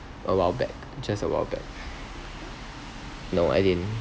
a while back just a while back no I didn't